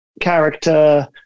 character